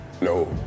no